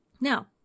Now